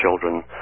children